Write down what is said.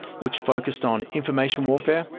which focused on information warfare,